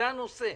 זה הנושא.